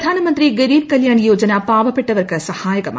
പ്രധാനമന്ത്രി ഗരീബ് കല്ല്യാൺ യോജന പാവപ്പെട്ടവർക്ക് സഹായമായി